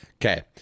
okay